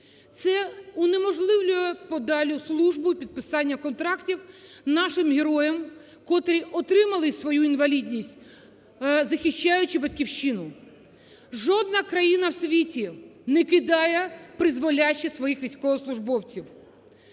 Це унеможливлює подальшу службу і підписання контрактів нашим героям, котрі отримали свою інвалідність, захищаючи Батьківщину. Жодна країна у світі не кидає напризволяще своїх військовослужбовців.